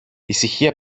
ησυχία